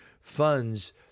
funds